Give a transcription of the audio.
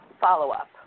follow-up